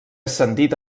ascendit